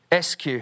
SQ